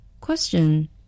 Question